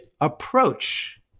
approach